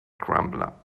crumbler